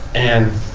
and,